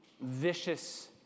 vicious